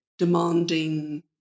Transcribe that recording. demanding